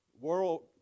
world